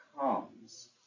comes